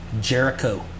Jericho